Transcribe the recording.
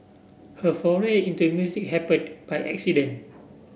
her foray into music happened by accident